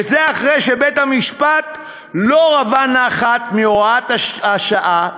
וזה אחרי שבית-המשפט לא רווה נחת מהוראת השעה,